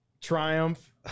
triumph